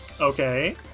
Okay